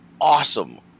awesome